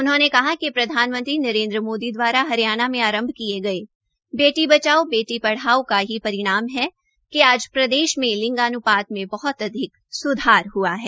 उन्होंने कहा कि प्रधानमंत्री नरेन्द्र मोदी द्वारा हरियाणा में आरंभ किए गए बेटी बचाओ बेटी पढ़ाओ का ही परिणाम है कि आज प्रदेश में लिंगान्पात में बहत अधिक सुधार हआ है